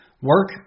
Work